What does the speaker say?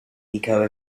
eco